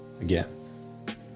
again